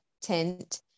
tint